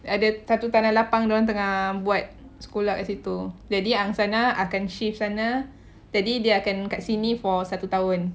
ada satu tanah lapang dorang tengah buat sekolah kat situ jadi angsana akan shift sana jadi dia akan kat sini for satu tahun